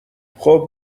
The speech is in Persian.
خوب